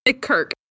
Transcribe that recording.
kirk